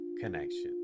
connection